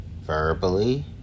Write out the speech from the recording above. verbally